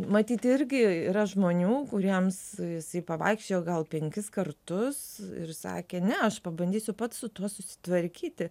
matyt irgi yra žmonių kuriems jis pavaikščiojo gal penkis kartus ir sakė ne aš pabandysiu pats su tuo susitvarkyti